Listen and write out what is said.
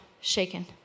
shaken